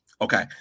okay